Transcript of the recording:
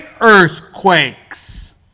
earthquakes